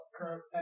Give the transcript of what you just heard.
Current